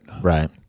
Right